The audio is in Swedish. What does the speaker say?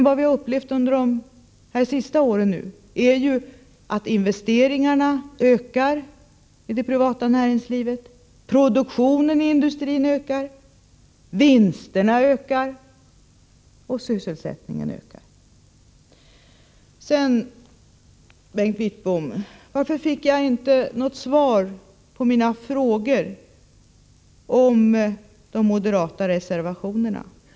Vad vi har upplevt under de senaste åren är att investeringarna i det privata näringslivet ökar, produktionen i industrin ökar, vinsterna ökar och sysselsättningen ökar. Varför fick jag inte något svar på mina frågor om de moderata reservationerna, Bengt Wittbom?